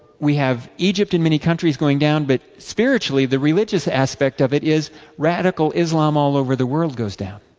we have egypt and many countries going down, but spiritually, the religious aspect of it is radical islam all over the world, goes down.